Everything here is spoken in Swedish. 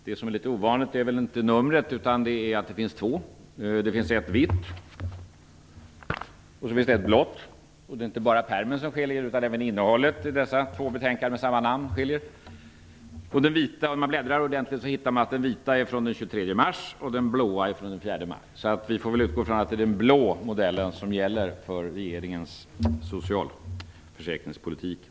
Det som är ovanligt med det är inte numret, utan att det finns två betänkanden, det ena med ett vitt omslag och det andra med ett blått. Och det är inte bara omslagen som är olika, även innehållet skiljer sig åt. Betänkandet med vitt omslag är från den 23 mars och betänkandet med blått omslag är från den 4 maj. Jag utgår ifrån att det är den blå modellen som gäller för regeringens socialförsäkringspolitik.